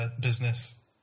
business